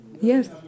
Yes